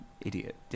Idiot